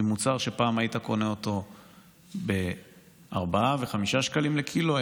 מוצר שפעם היית קונה ב-4 ו-5 שקלים לקילו,